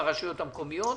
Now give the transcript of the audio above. ברשויות המקומיות,